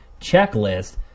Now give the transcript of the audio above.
checklist